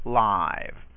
live